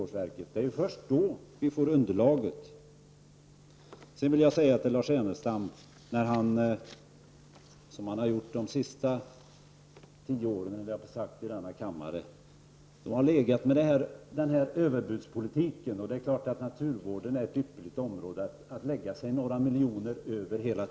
Först när den är färdig får vi ett underlag för ställningstagande. Till Lars Ernestam vill jag säga att folkpartiet under senare år här i kammaren har fört en överbudspolitik beträffande naturvården, som naturligtvis är ett ypperligt område för dem som hela tiden vill lägga sig några miljoner högre.